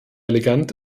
elegant